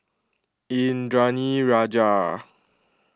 Indranee Rajah